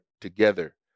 together